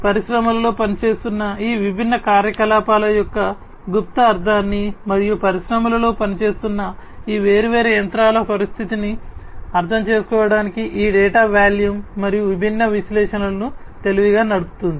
పరిశ్రమలో పనిచేస్తున్న ఈ విభిన్న కార్యకలాపాల యొక్క గుప్త అర్ధాన్ని మరియు పరిశ్రమలో పనిచేస్తున్న ఈ వేర్వేరు యంత్రాల పరిస్థితిని అర్థంచేసుకోవడానికి ఈ డేటా వాల్యూమ్ మరియు విభిన్న విశ్లేషణలను తెలివిగా నడుపుతుంది